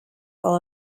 all